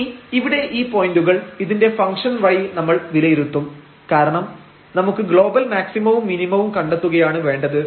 ഇനി ഇവിടെ ഈ പോയന്റുകൾ ഇതിന്റെ ഫംഗ്ഷൻ വഴി നമ്മൾ വിലയിരുത്തും കാരണം നമുക്ക് ഗ്ലോബൽ മാക്സിമവും മിനിമവും കണ്ടെത്തുകയാണ് വേണ്ടത്